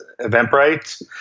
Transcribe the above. Eventbrite